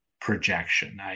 projection